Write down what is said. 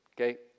Okay